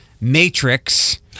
Matrix